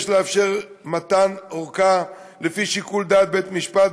יש לאפשר מתן ארכה לפי שיקול דעת של בית-המשפט,